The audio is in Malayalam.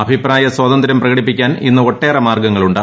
അഭിപ്രായസ്വാതന്ത്ര്യം പ്രകടിപ്പിക്കാൻ ഇന്ന് ഒട്ടേറെ മാർഗ്ഗങ്ങളുണ്ട്